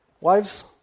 Wives